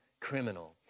criminal